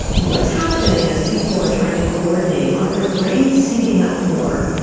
what's happening as people are trying to coordinate, are their brains syncing up more,